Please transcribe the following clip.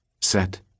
Set